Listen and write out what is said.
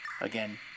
Again